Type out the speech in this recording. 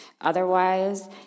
Otherwise